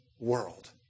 world